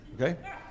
Okay